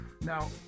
Now